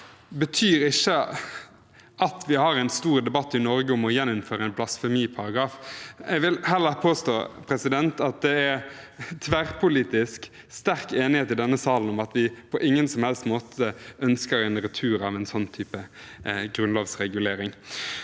betyr ikke at vi har en stor debatt i Norge om å gjeninnføre en blasfemiparagraf. Jeg vil heller påstå at det er tverrpolitisk stor enighet i denne salen om at vi på ingen som helst måte ønsker en retur av en slik grunnlovsregulering.